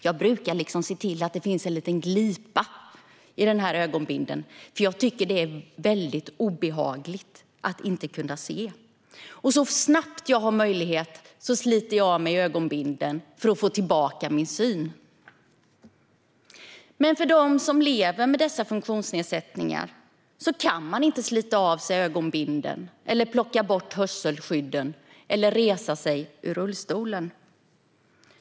Jag brukar se till att det finns en liten glipa i denna ögonbindel, eftersom jag tycker att det är mycket obehagligt att inte kunna se. Så snabbt jag har möjlighet sliter jag av mig ögonbindeln för att få tillbaka min syn. Men de som lever med dessa funktionsnedsättningar kan inte slita av sig ögonbindeln, plocka bort hörselskydden eller resa sig ur rullstolen.